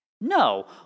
No